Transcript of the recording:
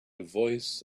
voice